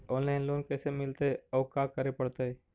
Online loan कैसे मिलतै औ का करे पड़तै?